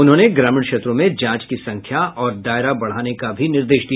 उन्होंने ग्रामीण क्षेत्रों में जांच की संख्या और दायरा बढ़ाने का भी निर्देश दिया